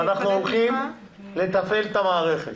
אנחנו הולכים לטפל במערכת.